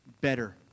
better